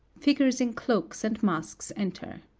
figures in cloaks and masks enter.